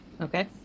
Okay